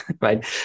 right